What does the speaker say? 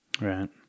Right